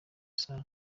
sano